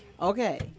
Okay